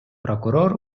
прокурор